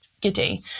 giddy